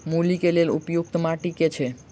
मूली केँ लेल उपयुक्त माटि केँ छैय?